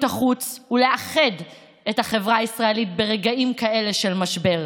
החוץ ולאחד את החברה הישראלית ברגעים כאלה של משבר.